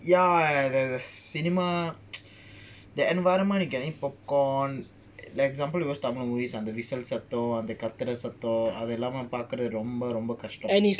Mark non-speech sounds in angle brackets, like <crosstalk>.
ya the cinema <noise> the environment you can eat popcorn like example you watch tamil movies under அந்தவிசில்சத்தம்அந்தகத்துறசத்தம்அதெல்லாம்பாக்குறதுரொம்பரொம்பகஷ்டம்:andha visil satham andha kathura satham adhellam pakurathu romba romba kastam